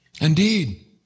Indeed